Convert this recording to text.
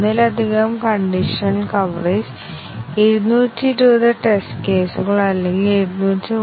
അതിനാൽ ഇത് 1 മുതൽ 4 25 ശതമാനം അല്ലെങ്കിൽ 2 മുതൽ 4 വരെ 50 ശതമാനം അല്ലെങ്കിൽ 75 ശതമാനം അല്ലെങ്കിൽ 100 ശതമാനം ആകാം